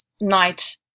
night